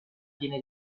viene